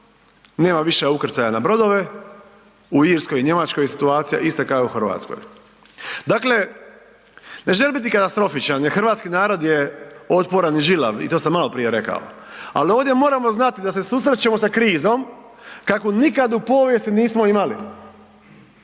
nema više ukrcaja na brodove, u Irskoj i Njemačkoj je situacija ista kao i u Hrvatskoj. Dakle, ne želim biti katastrofičan jer hrvatski narod je otporan i žilav i to sam maloprije rekao, ali ovdje moramo znati da se susrećemo sa krizom kakvu nikad u povijesti nismo imali,